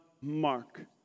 Mark